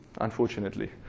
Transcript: unfortunately